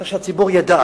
צריך שהציבור ידע,